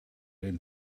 den